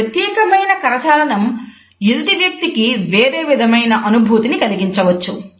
ఈ ప్రత్యేకమైన కరచాలనం ఎదుటి వ్యక్తికి వేరే విధమైన అనుభూతిని కలిగించవచ్చు